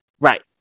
Right